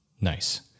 Nice